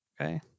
Okay